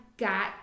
got